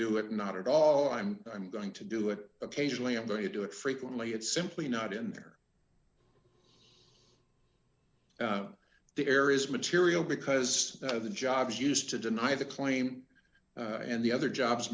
do it not at all i'm i'm going to do it occasionally i'm going to do it frequently it's simply not in their there is material because of the jobs used to deny the claim and the other jobs